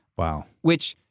wow. which,